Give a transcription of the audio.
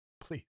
please